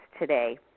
today